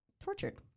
tortured